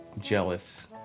jealous